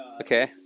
okay